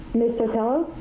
miss sotelo?